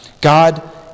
God